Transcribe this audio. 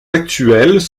actuels